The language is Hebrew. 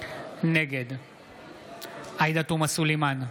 נגד עאידה תומא סלימאן,